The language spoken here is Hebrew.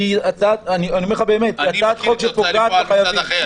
אני אומר לך באמת זאת הצעת חוק שפוגעת בחייבים.